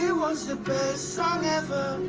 was the best song ever